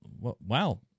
Wow